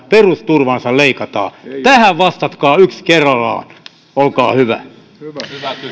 pe rusturvaansa leikataan tähän vastatkaa yksi kerrallaan olkaa hyvä hyvä